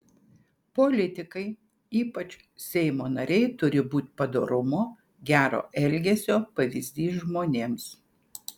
politikai ypač seimo nariai turi būti padorumo gero elgesio pavyzdys žmonėms